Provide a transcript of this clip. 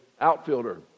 outfielder